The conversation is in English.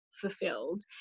fulfilled